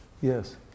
Yes